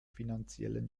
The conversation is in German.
finanziellen